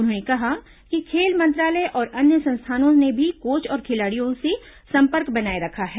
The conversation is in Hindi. उन्होंने कहा कि खेल मंत्रालय और अन्य संस्थानों ने भी कोच और खिलाड़ियों से संपर्क बनाये रखा है